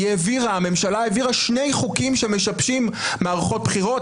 הממשלה העבירה שני חוקים שמשבשים מערכות בחירות,